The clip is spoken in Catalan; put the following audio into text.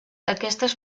aquestes